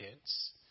kids